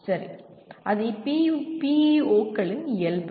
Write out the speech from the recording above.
சரி அது PEO களின் இயல்பு